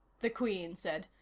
the queen said.